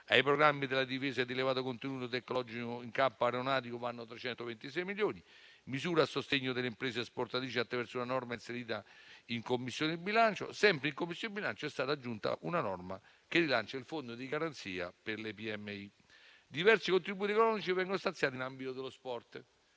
Ai programmi della difesa e di elevato contenuto tecnologico in campo aeronautico vanno 326 milioni. Vi sono misure a sostegno delle imprese esportatrici, attraverso una norma inserita in Commissione bilancio. Sempre in Commissione bilancio, è stata aggiunta una norma che rilancia il fondo di garanzia per le PMI. Diversi contributi economici vengono stanziati in ambito dello sport,